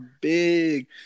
big